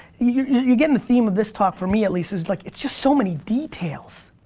you're you're gettin' the theme of this talk, from me at least, is like, it's just so many details,